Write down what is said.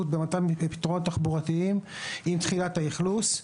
מתן פתרונות תחבורתיים עם תחילת האכלוס.